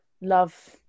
love